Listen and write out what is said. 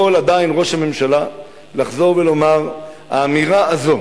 יכול עדיין ראש הממשלה לחזור ולומר: האמירה הזאת